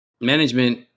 management